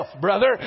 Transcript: brother